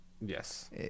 Yes